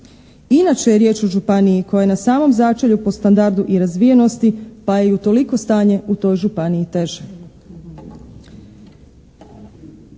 Inače je riječ o županiji koja je na samom začelju po standardu i razvijenosti pa je i utoliko stanje u toj županiji teže.